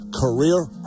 career